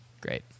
Great